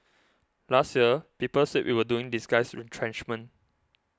last year people said we were doing disguised retrenchment